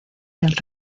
del